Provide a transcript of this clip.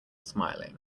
smiling